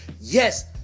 Yes